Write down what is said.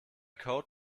code